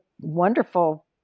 wonderful